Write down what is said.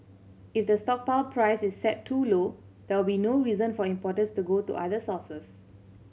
if the stockpile price is set too low there will be no reason for importers to go to other sources